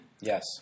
Yes